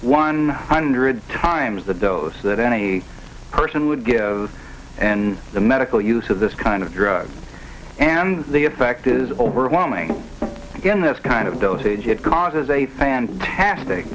one hundred times the dose that any person would give and the medical use of this kind of drugs and the effect is overwhelming in this kind of dosage it causes a fantastic